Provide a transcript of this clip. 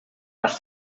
las